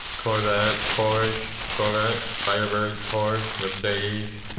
corvette, porsche, corvette, firebird, porsche, mercedes.